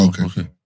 Okay